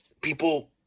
people